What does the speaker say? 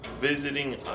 visiting